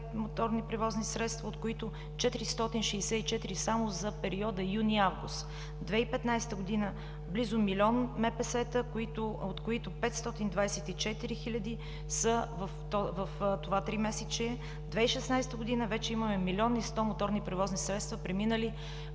моторни превозни средства, от които 464 само за периода юни – август; 2015 г. близо милион МПС-та, от които 524 хиляди са в това тримесечие; 2016 г. вече имаме милион и сто моторни превозни средства, преминали